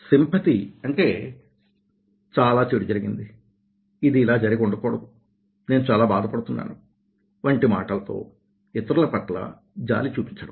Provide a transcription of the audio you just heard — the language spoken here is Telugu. సింపథీ అంటే చాలా చెడు జరిగింది ఇది ఇలా జరిగి ఉండకూడదు నేను చాలా బాధపడుతున్నాను వంటి మాటలతో ఇతరుల పట్ల జాలి చూపించడం